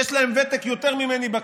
יש להם ותק יותר ממני בכנסת,